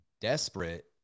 desperate